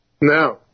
No